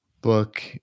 book